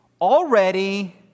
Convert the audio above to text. already